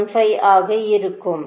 75 ஆக இருக்கும்